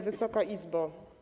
Wysoka Izbo!